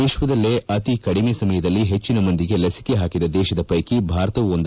ವಿಶ್ವದಲ್ಲಿ ಅತಿ ಕಡಿಮೆ ಸಮಯದಲ್ಲಿ ಹೆಚ್ಚಿನ ಮಂದಿಗೆ ಲಸಿಕೆ ಹಾಕಿದ ದೇಶದ ಪೈಕಿ ಭಾರತವೂ ಕೂಡ ಒಂದು